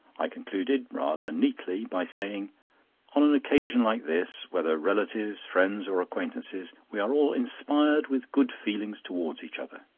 i concluded, rather neatly, by saying on an occasion like this whether relatives, friends, or acquaintances we are all inspired with good feelings towards each other.